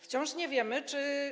Wciąż nie wiemy, czy.